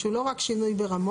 שהוא לא רק שינוי ברמות,